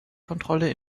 kontrolle